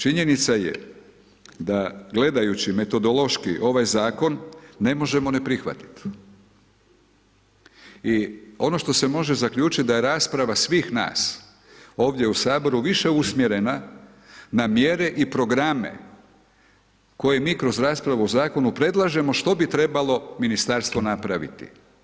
Činjenica je da gledajući metodološki ovaj zakon, ne možemo ne prihvatiti i ono što se može zaključiti da je rasprava svih nas ovdje u Saboru više usmjerena na mjere i programe koje mi kroz raspravu o zakonu predlažemo što bi trebalo ministarstvo napraviti.